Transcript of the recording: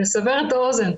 לסבר את האוזן,